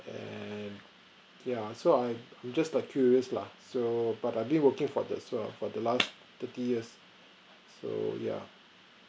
and yeah so I'm I'm just like curious lah so but I've working for the err for the last thirty years so yeah